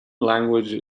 language